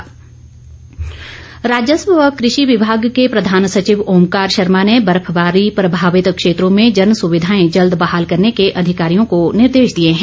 जन सुविधा राजस्व व कृषि विभाग के प्रधान सचिव ओंकार शर्मा ने बर्फबारी प्रभावित क्षेत्रों में जनसुविधाएं जल्द बहाल करने के अधिकारियों को निर्देश दिए हैं